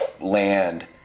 land